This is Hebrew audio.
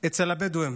אצל הבדואים,